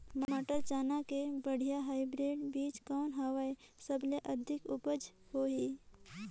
मटर, चना के बढ़िया हाईब्रिड बीजा कौन हवय? सबले अधिक उपज होही?